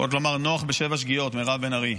יכולת לומר נוח בשבע שגיאות, מירב בן ארי.